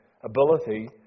ability